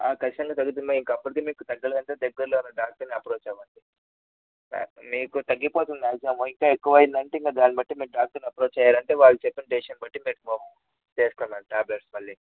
కచ్చితంగా తగ్గుతుంది అప్పటికి మీకు తగ్గలేదంటే దగ్గరలో ఉన్న డాక్టర్ని అప్రోచ్ అవ్వండి మీకు తగ్గిపోతుంది మాగ్జిమం ఇంకా ఎక్కువైందంటే ఇంకా దాన్ని బట్టి మీరు డాక్టర్ని అప్రోచ్ అయ్యారంటే వాళ్ళు చెప్పిన డెసిషన్ బట్టి మీరు వేసుకోండి మ్యామ్ టాబ్లెట్స్ మళ్ళీ